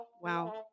wow